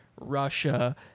Russia